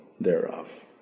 thereof